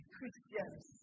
Christians